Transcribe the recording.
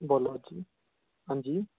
बोल्लो हंजी